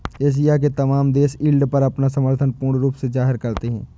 Asia के तमाम देश यील्ड पर अपना समर्थन पूर्ण रूप से जाहिर करते हैं